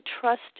trust